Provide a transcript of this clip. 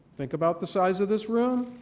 think about the size of this room.